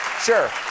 Sure